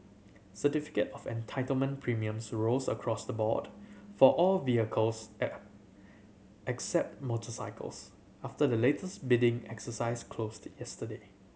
certificate of Entitlement premiums rose across the board for all vehicles except motorcycles after the latest bidding exercise closed yesterday